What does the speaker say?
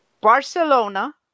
Barcelona